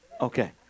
Okay